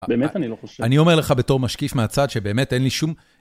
באמת, אני לא חושב... אני אומר לך בתור משקיף מהצד, שבאמת אין לי שום...